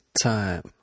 time